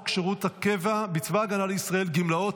שירות הקבע בצבא הגנה לישראל (גמלאות)